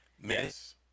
Miss